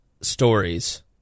stories –